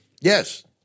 Yes